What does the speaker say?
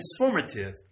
transformative